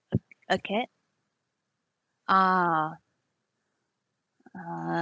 a cat ah uh